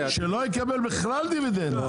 שלא יקבל בכלל דיבידנד.